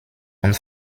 und